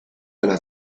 alla